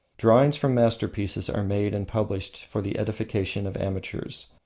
drawings from masterpieces are made and published for the edification of amateurs.